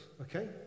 okay